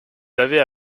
avaient